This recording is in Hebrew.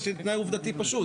זה תנאי עובדתי פשוט.